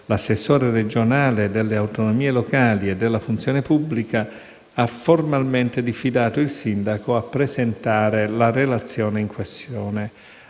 l'assessore regionale delle autonomie locali e della funzione pubblica ha formalmente diffidato il sindaco a presentare la relazione in questione,